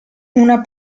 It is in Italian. una